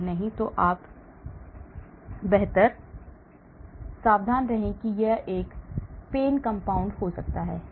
यदि नहीं तो आप बेहतर सावधान रहें कि यह एक PAiN कंपाउंड हो सकता है